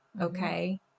Okay